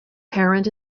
parent